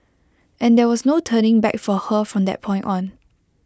and there was no turning back for her from that point on